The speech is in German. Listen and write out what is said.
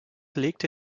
legte